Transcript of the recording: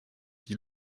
die